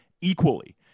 equally